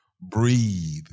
breathe